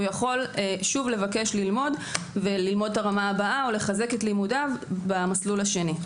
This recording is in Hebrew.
יכול שוב לבקש ללמוד את הרמה הבאה או לחזק לימודיו במסלול השני.